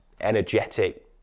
energetic